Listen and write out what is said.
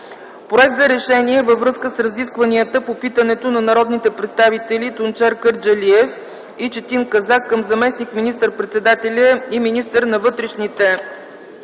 проект за Решение във връзка с разискванията по питането на народните представители Тунчер Кърджалиев и Четин Казак към заместник министър-председателя и министър на вътрешните